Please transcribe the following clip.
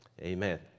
amen